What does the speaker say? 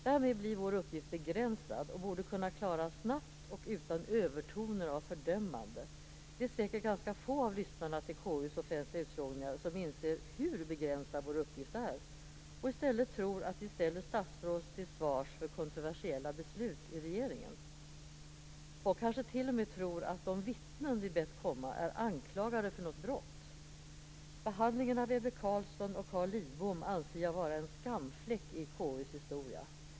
Därmed blir vår uppgift begränsad och borde kunna klaras snabbt och utan övertoner av fördömande. Det är säkert ganska få av lyssnarna till KU:s offentliga utfrågningar som inser hur begränsad vår uppgift är och i stället tror att vi ställer statsråd till svars för kontroversiella beslut i regeringen. Folk kan t.o.m. tro att de vittnen vi bett komma är anklagade för något brott. Behandlingen av Ebbe Carlsson och Carl Lidbom anser jag vara en skamfläck i KU:s historia.